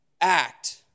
act